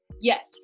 Yes